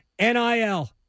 NIL